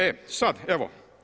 E, sad, evo.